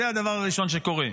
זה הדבר הראשון שקורה.